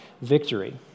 victory